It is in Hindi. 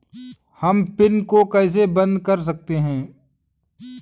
हम पिन को कैसे बंद कर सकते हैं?